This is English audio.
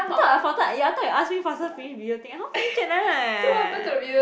I thought I I thought you ask me faster finish video thing how finish like that